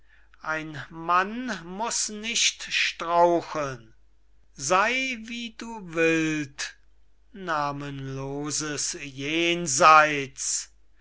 ein mann muß nicht straucheln sey wie du willst namenloses jenseits